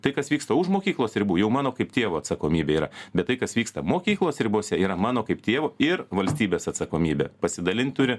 tai kas vyksta už mokyklos ribų jau mano kaip tėvo atsakomybė yra bet tai kas vyksta mokyklos ribose yra mano kaip tėvo ir valstybės atsakomybė pasidalint turi